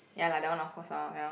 ya lah that one of course ah ya